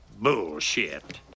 bullshit